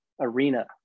arena